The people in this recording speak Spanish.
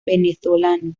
venezolano